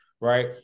Right